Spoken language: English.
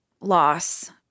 loss